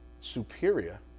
superior